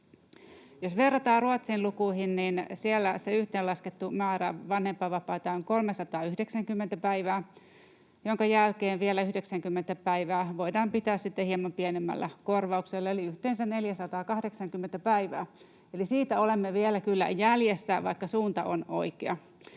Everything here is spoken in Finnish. Jos verrataan Ruotsin lukuihin, niin siellä se yhteenlaskettu määrä vanhempainvapaata on 390 päivää, minkä jälkeen vielä 90 päivää voidaan pitää sitten hieman pienemmällä korvauksella, eli yhteensä 480 päivää. Eli siitä olemme vielä kyllä jäljessä, vaikka suunta on oikea.